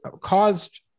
caused